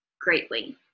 greatly